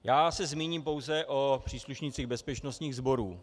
Já se zmíním pouze o příslušnících bezpečnostních sborů.